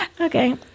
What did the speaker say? Okay